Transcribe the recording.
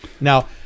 Now